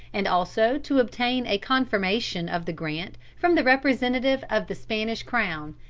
and also to obtain a confirmation of the grant from the representative of the spanish crown,